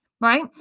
right